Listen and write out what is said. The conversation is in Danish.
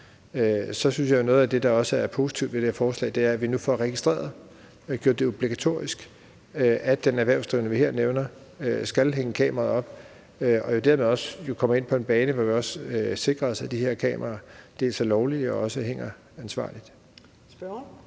så synes jeg, at noget af det, der også er positivt ved her forslag, er, at vi nu får registreret og gjort det obligatorisk, at den erhvervsdrivende, vi her nævner, skal hænge kamera op, så vi dermed også kommer ind på en bane, hvor vi også sikrer os, at de her kameraer er lovlige og også hænger ansvarligt. Kl.